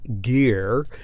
gear